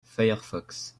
firefox